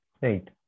Right